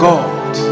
God